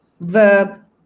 verb